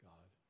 God